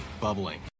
bubbling